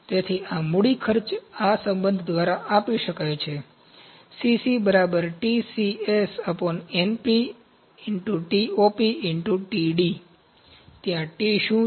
તેથી આ મૂડી ખર્ચ આ સંબંધ દ્વારા આપી શકાય છે ત્યાં T શું છે